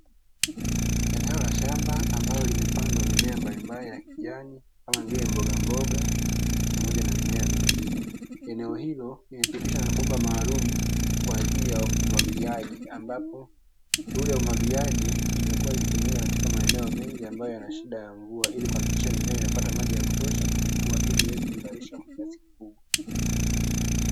Eneo la shamba ambalo limepandwa mimea mbalimbali ya kijani kama vile mbogamboga pamoja na mimea mingine, eneo hilo limepitishwa mabomba maalumu kwa ajili ya umwagiliaji ambapo shughuli ya umwagiliaji imekuwa ikitumika katika maeneo mengi, ambayo yana shida ya mvua ili kuhakikisha mimea inapata maji ya kutosha kukua ili iweze kuzalisha kwa kiasi kikubwa.